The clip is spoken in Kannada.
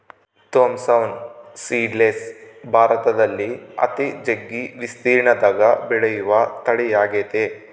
ಥೋಮ್ಸವ್ನ್ ಸೀಡ್ಲೆಸ್ ಭಾರತದಲ್ಲಿ ಅತಿ ಜಗ್ಗಿ ವಿಸ್ತೀರ್ಣದಗ ಬೆಳೆಯುವ ತಳಿಯಾಗೆತೆ